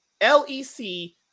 LEC